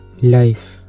Life